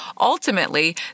Ultimately